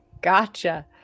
Gotcha